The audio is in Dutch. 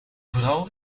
vrouw